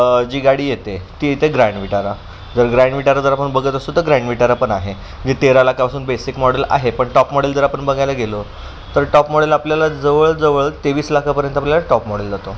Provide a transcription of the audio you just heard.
जी गाडी येते ती येते ग्रँड विटारा जर ग्रँड विटारा जर आपण बघत असतो तर ग्रँड विटारा पण आहे जे तेरा लाखापासून बेसिक मॉडेल आहे पण टॉप मॉडेल जर आपण बघायला गेलो तर टॉप मॉडेल आपल्याला जवळजवळ तेवीस लाखापर्यंत आपल्याला टॉप मॉडेल जातो